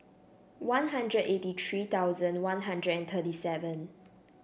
One Hundred eighty three thousand One Hundred and thirty seven